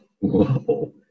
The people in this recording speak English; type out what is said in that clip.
whoa